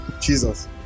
Jesus